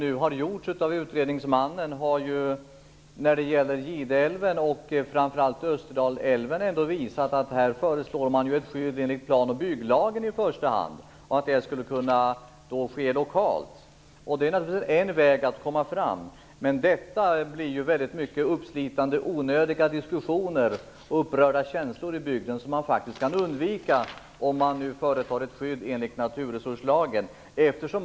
Utredningsmannen har när det gäller Gideälven och framför allt Österdalälven sagt att ett skydd enligt plan och bygglagen i första hand borde övervägas. Det skulle kunna ske lokalt. Detta är naturligtvis en väg att komma fram. Men det medför mycket uppslitande och onödiga diskussioner och upprörda känslor i bygden som faktiskt kan undvikas om det i stället blir ett skydd enligt naturresurslagen.